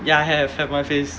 ya have have my face